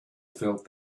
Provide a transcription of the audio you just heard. felt